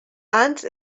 ans